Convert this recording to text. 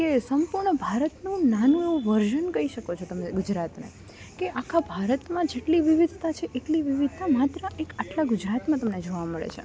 કે સંપૂર્ણ ભારતનું નાનું એવું વર્ઝન કઈ શકો છો તમે ગુજરાતને કે આખા ભારતમાં જેટલી વિવિધતા છે એટલી વિવિધતા માત્ર એક આટલા ગુજરાતમાં તમને જોવા મળે છે